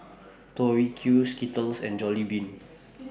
Tori Q Skittles and Jollibean